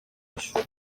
bishuko